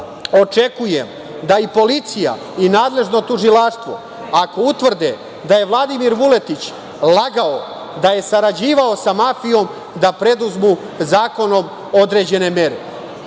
očekujem da i policija i nadležno tužilaštvo ako utvrde da je Vladimir Vuletić lagao da je sarađivao sa mafijom, da preduzme zakonom određene mere.